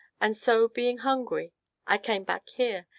and so being hungry i came back here,